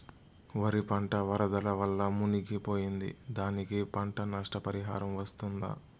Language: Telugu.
వరి పంట వరదల వల్ల మునిగి పోయింది, దానికి పంట నష్ట పరిహారం వస్తుందా?